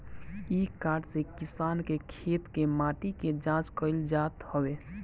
इ कार्ड से किसान के खेत के माटी के जाँच कईल जात हवे